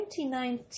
2019